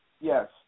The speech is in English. Yes